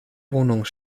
wohnung